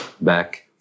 back